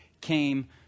came